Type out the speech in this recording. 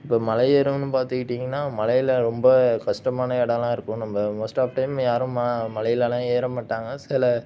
இப்போ மழை ஏறணுன்னு பார்த்துக்கிட்டிங்கனா மலையில ரொம்ப கஷ்டமான இடோலாம் இருக்கும் நம்ம மோஸ்ட் ஆஃப் டைம் யாரும் மலைலல்லாம் ஏற மாட்டாங்க சில